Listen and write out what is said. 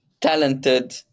talented